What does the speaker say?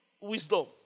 wisdom